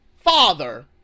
Father